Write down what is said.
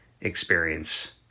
experience